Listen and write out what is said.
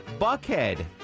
Buckhead